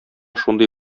шундый